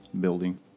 building